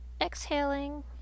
exhaling